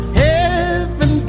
heaven